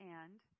And